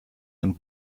einen